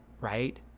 right